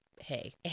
Hey